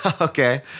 Okay